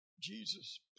Jesus